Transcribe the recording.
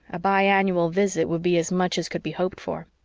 a bi-annual visit would be as much as could be hoped for.